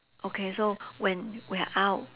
okay so when we're out